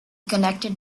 connected